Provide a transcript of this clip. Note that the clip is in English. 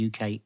UK